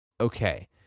Okay